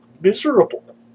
miserable